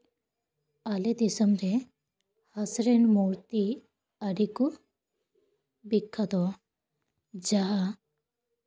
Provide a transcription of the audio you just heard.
ᱟᱞᱮ ᱫᱤᱥᱚᱢ ᱨᱮ ᱦᱟᱥᱟᱨᱮᱱ ᱢᱩᱨᱛᱤ ᱟᱹᱰᱤ ᱠᱚ ᱵᱤᱠᱠᱷᱟᱛᱚᱣᱟ ᱡᱟᱦᱟᱸ